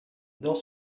dans